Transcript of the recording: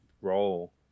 roll